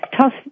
tough